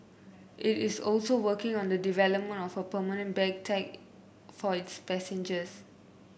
it is also working on the development of a permanent bag tag for its passengers